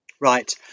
Right